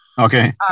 okay